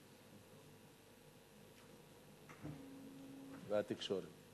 והתקשורת.